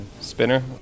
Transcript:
spinner